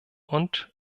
und